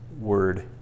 word